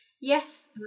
Yes